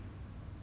chips lah